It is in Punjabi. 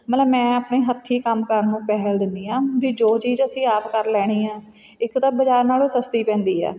ਮਤਲਬ ਮੈਂ ਆਪਣੇ ਹੱਥੀਂ ਕੰਮ ਕਰਨ ਨੂੰ ਪਹਿਲ ਦਿੰਦੀ ਹਾਂ ਵੀ ਜੋ ਚੀਜ਼ ਅਸੀਂ ਆਪ ਕਰ ਲੈਣੀ ਹੈ ਇੱਕ ਤਾਂ ਬਜ਼ਾਰ ਨਾਲੋਂ ਸਸਤੀ ਪੈਂਦੀ ਆ